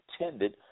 attended